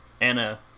Anna